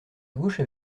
gauche